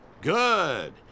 Good